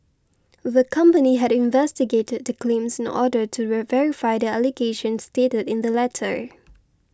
the company had investigated the claims in order to verify the allegations stated in the letter